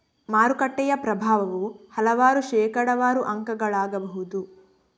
ಮಾರುಕಟ್ಟೆಯ ಪ್ರಭಾವವು ಹಲವಾರು ಶೇಕಡಾವಾರು ಅಂಕಗಳಾಗಬಹುದು